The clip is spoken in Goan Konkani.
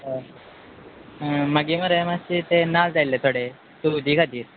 आं मागे मरे मात्शे ते नाल्ल जाय आसले थोडे चवथी खातीर